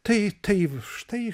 tai taip štai